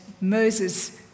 Moses